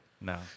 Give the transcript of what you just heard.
No